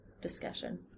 discussion